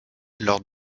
lors